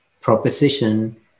proposition